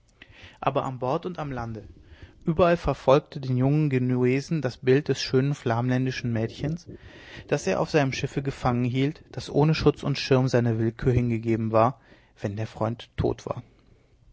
aber an bord und am lande überall verfolgte den jungen genuesen das bild des schönen flamländischen mädchens das er auf seinem schiff gefangenhielt das ohne schutz und schirm seiner willkür hingegeben war wenn der freund tot war